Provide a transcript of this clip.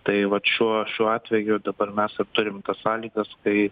tai vat šuo šiuo atveju dabar mes turim tas sąlygas kai